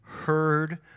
heard